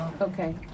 okay